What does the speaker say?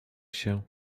się